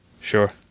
Sure